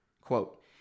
Quote